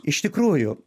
iš tikrųjų